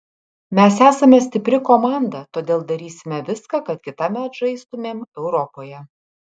mes esame stipri komanda todėl darysime viską kad kitąmet žaistumėm europoje